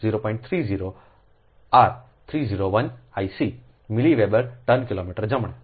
30 r 301 I c મિલી વેબર ટન કિલોમીટર જમણે